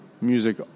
Music